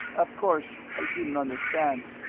of course i didn't understand.